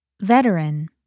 Veteran